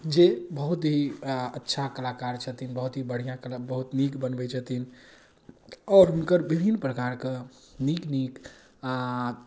जे बहुत ही अच्छा कलाकार छथिन बहुत ही बढ़िआँ कला बहुत नीक बनबै छथिन आओर हुनकर विभिन्न प्रकारके नीक नीक आओर